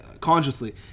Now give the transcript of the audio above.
consciously